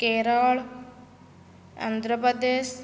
Kerala Andhra Pradesh